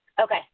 Okay